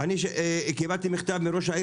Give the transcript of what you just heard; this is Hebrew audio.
אני אומר לך --- וזה מאושר,